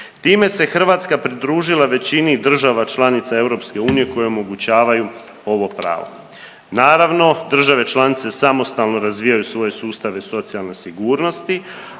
Time se Hrvatska pridružila većini država članica EU koje omogućavaju ovo pravo. Naravno, države članice samostalno razvijaju svoje sustave socijalne sigurnosti,